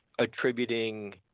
attributing